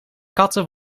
katten